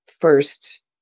first